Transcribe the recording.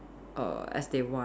err as they want